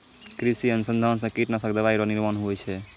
कृषि अनुसंधान से कीटनाशक दवाइ रो निर्माण हुवै छै